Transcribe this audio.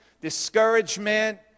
discouragement